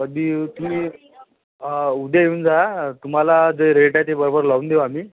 कधी येऊ तुम्ही उद्या येऊन जा तुम्हाला जे रेट आहे ते बरोबर लावून देऊ आम्ही